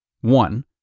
one